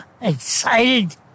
excited